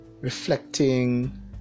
reflecting